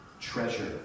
treasure